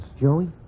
Joey